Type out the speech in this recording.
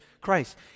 Christ